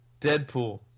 Deadpool